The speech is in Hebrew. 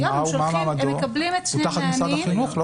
הוא תחת משרד החינוך, לא?